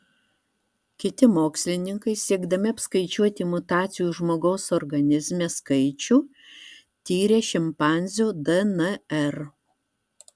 kiti mokslininkai siekdami apskaičiuoti mutacijų žmogaus organizme skaičių tyrė šimpanzių dnr